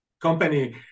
company